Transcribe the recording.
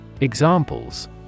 Examples